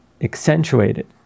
accentuated